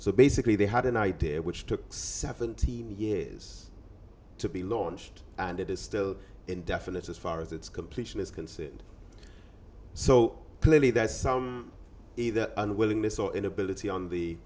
so basically they had an idea which took seventeen years to be launched and it is still indefinite as far as its completion is concerned so clearly there is some either unwillingness or inability on the